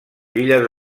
illes